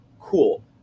cool